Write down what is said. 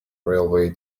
railway